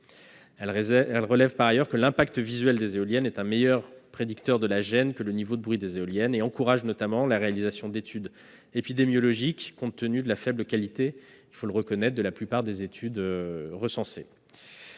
Elle relève par ailleurs que l'impact visuel des éoliennes est un fauteur de gêne plus important que le niveau de bruit des éoliennes. Elle encourage notamment la réalisation d'études épidémiologiques, compte tenu de la faible qualité, il faut le reconnaître, de la plupart des études recensées.